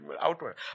outward